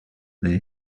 their